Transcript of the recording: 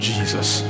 Jesus